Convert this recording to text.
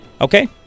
Okay